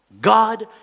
God